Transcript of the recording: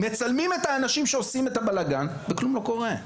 מצלמים את האנשים שעושים את הבלגאן וכלום לא קורה.